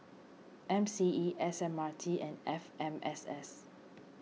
M C E S M R T and F M S S